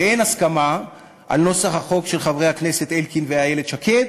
ואין הסכמה על נוסח החוק של חברי הכנסת אלקין ואיילת שקד,